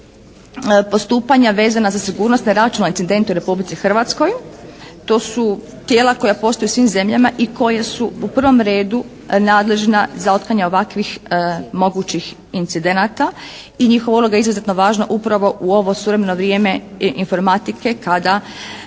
postupanja vezana za sigurnosne računalne incidente u Republici Hrvatskoj. To su tijela koja postoje u svim zemljama i koje su u pravom redu nadležna za otklanjanje ovakvih mogućih incidenata. I njihova uloga je izuzetno važna upravo u ovo suvremeno vrijeme i informatike kada